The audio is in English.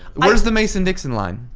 where's the mason dixon line?